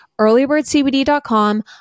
Earlybirdcbd.com